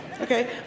okay